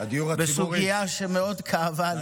בסוגיה שמאוד כאבה לי,